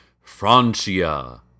Francia